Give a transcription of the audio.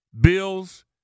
Bills